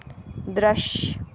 दृश्य